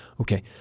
okay